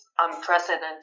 unprecedented